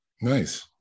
Nice